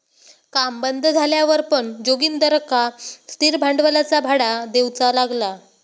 काम बंद झाल्यावर पण जोगिंदरका स्थिर भांडवलाचा भाडा देऊचा लागला